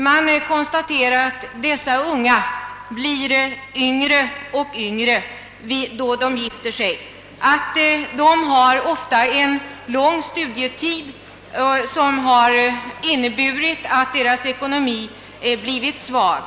Det konstateras att ungdomarna när de gifter sig är yngre än i tidigare generationer och att de ofta har en lång studietid som har lett till att deras ekonomi blivit svag.